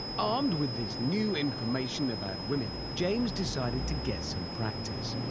armed with this new information about women, james decided to get some practise.